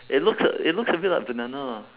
it looks a it looks a bit like banana lah